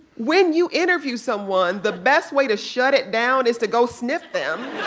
when you interview someone, the best way to shut it down is to go sniff them